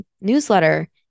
newsletter